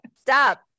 stop